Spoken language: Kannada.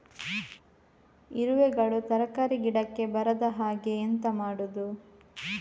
ಇರುವೆಗಳು ತರಕಾರಿ ಗಿಡಕ್ಕೆ ಬರದ ಹಾಗೆ ಎಂತ ಮಾಡುದು?